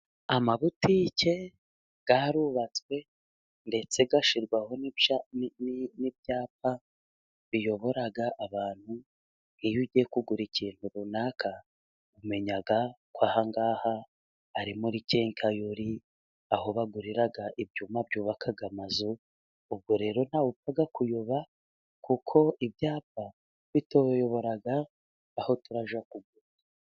Amabutike yarubatswe ndetse ashyirwaho n'ibyapa biyobora abantu. Iyo ugiye kugura ikintu runaka, umenya ko aha ngaha ari muri kenkayoli; aho bagurira ibyuma byubaka amazu. Ubwo rero ntawapfa kuyoba kuko ibyapa bituyobora aho turajya kugura.